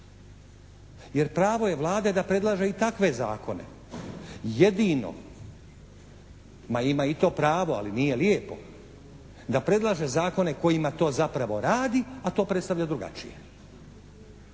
Jer pravo je Vlade da predlaže i takove zakone. Jedino, ma ima i to pravo, ali nije lijepo, da predalaže zakone kojima to zapravo radi, a to predstavlja drugačije.